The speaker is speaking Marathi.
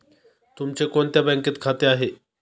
तुमचे कोणत्या बँकेत खाते आहे?